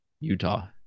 Utah